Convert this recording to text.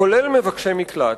כולל מבקשי מקלט,